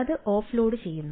അത് ഓഫ്ലോഡുചെയ്യുന്നു